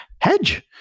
hedge